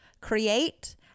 create